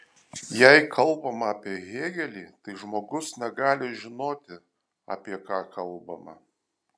jei kalbama apie hėgelį tai žmogus negali žinoti apie ką kalbama